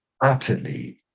utterly